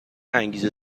انگیزه